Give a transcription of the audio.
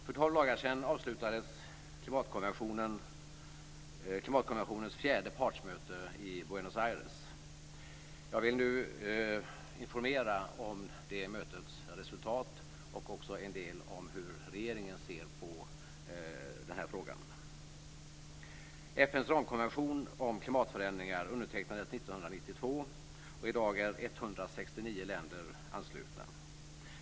För tolv dagar sedan avslutades klimatkonventionens fjärde partsmöte i Buenos Aires. Jag vill nu informera om det mötets resultat och även en del om hur regeringen ser på den här frågan. FN:s ramkonvention om klimatförändringar undertecknades 1992, och i dag är 169 länder anslutna.